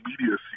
media